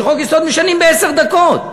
שחוק-יסוד משנים בעשר דקות.